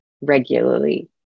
regularly